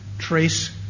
trace